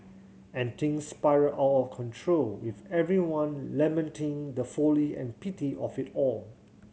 and things spiral out of control with everyone lamenting the folly and pity of it all